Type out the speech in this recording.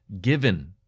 given